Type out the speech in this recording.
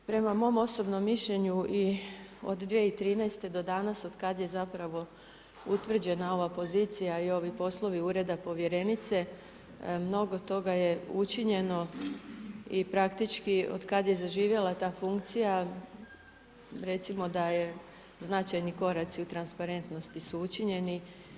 Prema mom osobnom mišljenju i od 2013. do danas otkad je zapravo utvrđena ova pozicija i ovi poslovi ureda povjerenice mnogo toga je učinjeno i praktički otkad je zaživjela ta funkcija recimo da je značajni koraci u transparentnosti su učinjeni.